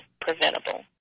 preventable